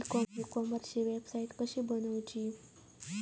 E कॉमर्सची website कशी बनवची?